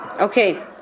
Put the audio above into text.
Okay